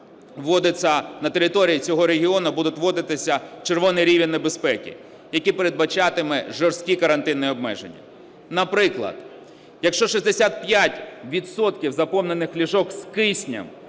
на території цього регіону буде вводитися червоний рівень небезпеки, який передбачатиме жорсткі карантинні обмеження. Наприклад: якщо 65 відсотків заповнених ліжок з киснем